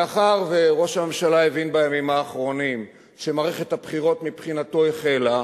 מאחר שראש הממשלה הבין בימים האחרונים שמערכת הבחירות מבחינתו החלה,